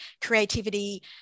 Creativity